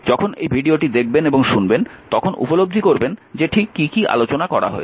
যখন এই ভিডিওটি দেখবেন এবং শুনবেন তখন উপলব্ধি করবেন যেঠিক কী কী আলোচনা করা হয়েছে